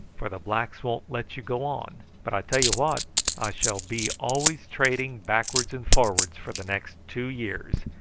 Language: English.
for the blacks won't let you go on but i tell you what i shall be always trading backwards and forwards for the next two years,